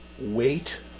wait